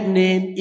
name